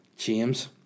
james